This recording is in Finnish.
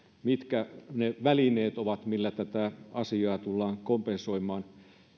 mitkä ne välineet ovat millä tätä asiaa tullaan kompensoimaan